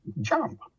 jump